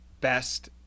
best